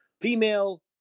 female